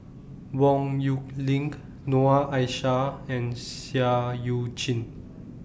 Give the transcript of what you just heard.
Yong Nyuk Lin Noor Aishah and Seah EU Chin